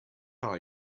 are